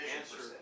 answer